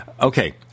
Okay